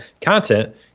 content